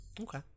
Okay